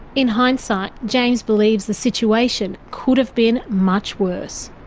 in hindsight, james believes the situation could have been much worse.